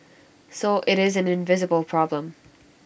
so IT is an invisible problem